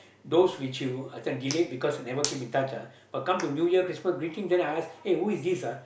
those which you as in delayed because you never keep in touch ah but come to New Year Christmas greeting then I ask eh who is this ah